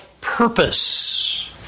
purpose